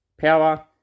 Power